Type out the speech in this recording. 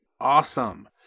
awesome